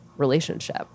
relationship